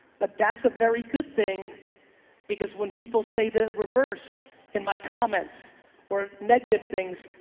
but that's a very good thing because when people say the reverse in my comments or negative things,